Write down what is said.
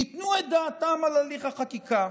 ייתנו את דעתם על הליך החקיקה.